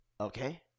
okay